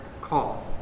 call